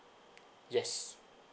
yes